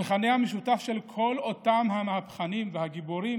המכנה המשותף של כל אותם המהפכנים והגיבורים